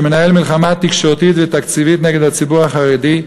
מי שמנהל מלחמה תקשורתית ותקציבית נגד הציבור החרדי,